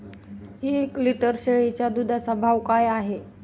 एक लिटर शेळीच्या दुधाचा भाव काय आहे?